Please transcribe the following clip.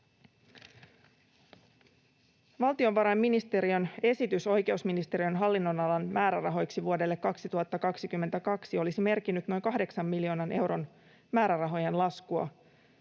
Valtionvarainministeriön esitys oikeusministeriön hallinnonalan määrärahoiksi vuodelle 2022 olisi merkinnyt noin 8 miljoonan euron määrärahojen laskua